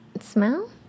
smell